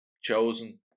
chosen